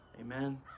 Amen